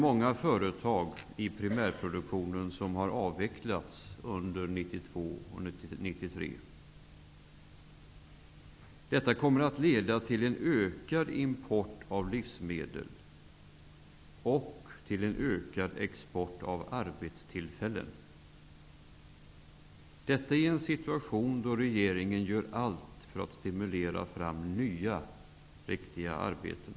Många företag i primärproduktionen har avvecklats under 1992 och 1993. Detta kommer att leda till en ökad import av livsmedel och till en ökad export av arbetstillfällen. Det kommer att ske i en situation då regeringen gör allt för att stimulera fram nya riktiga arbeten.